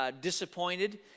disappointed